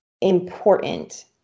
important